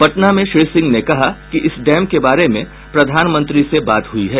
पटना में श्री सिंह ने कहा कि इस डैम के बारे में प्रधानमंत्री से बात हुयी है